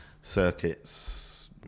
circuits